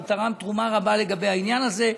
הוא תרם תרומה רבה בעניין הזה.